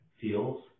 feels